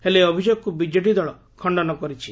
ହେଲେ ଏହି ଅଭିଯୋଗକୁ ବିଜେଡି ଦଳ ଖଖନ କରିଛି